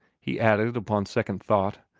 he added upon second thought,